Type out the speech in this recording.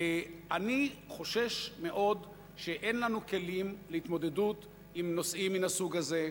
אני חושש מאוד שאין לנו כלים להתמודדות עם נושאים מהסוג הזה.